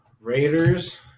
Raiders